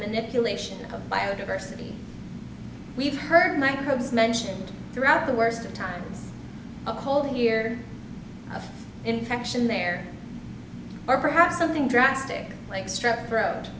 manipulation of biodiversity we've heard microbes mentioned throughout the worst of time a whole year of infection there or perhaps something drastic like strep throat